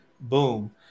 boom